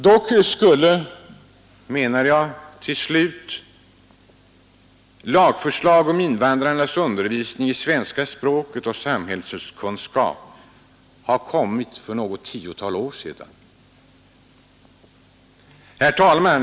Dock skulle, menar jag, ett lagförslag om invandrarnas undervisning i svenska språket och i samhällskunskap ha kommit för något tiotal år sedan. Herr talman!